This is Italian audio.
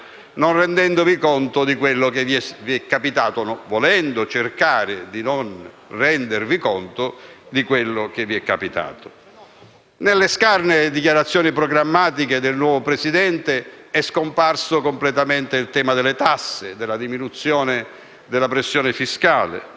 non rendervi conto di quello che vi è capitato. Nelle scarne dichiarazioni programmatiche del nuovo Presidente è scomparso completamente il tema delle tasse, della diminuzione della pressione fiscale,